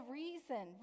reason